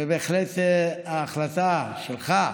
ובהחלט, ההחלטה שלך,